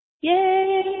Yay